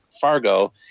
fargo